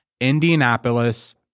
Indianapolis